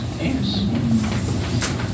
Yes